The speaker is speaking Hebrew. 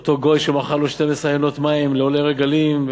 אותו גוי שמכר לו 12 עיינות מים לעולי רגלים,